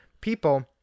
people